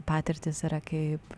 patirtys yra kaip